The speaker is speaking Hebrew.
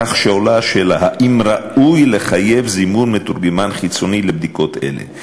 כך שעולה השאלה אם ראוי לחייב זימון מתורגמן חיצוני לבדיקות אלו,